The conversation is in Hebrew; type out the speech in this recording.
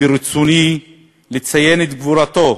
ברצוני לציין את גבורתו